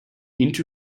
into